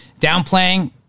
downplaying